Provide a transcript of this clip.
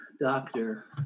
doctor